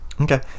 Okay